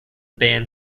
band